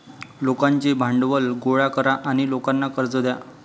लोकांचे भांडवल गोळा करा आणि लोकांना कर्ज द्या